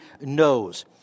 knows